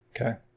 Okay